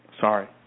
Sorry